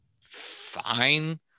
fine